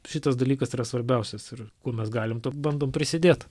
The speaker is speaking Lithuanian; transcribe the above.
šitas dalykas yra svarbiausias ir kur mes galim ten bandom prisidėt